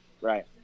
Right